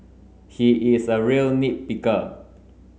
he is a real nit picker